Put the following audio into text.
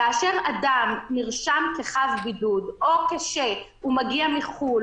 כאשר אדם נרשם כחב בידוד או כשהוא מגיע מחו"ל